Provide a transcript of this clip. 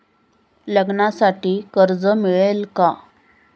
लग्नासाठी कर्ज मिळेल का?